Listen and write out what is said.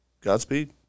Godspeed